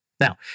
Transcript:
Now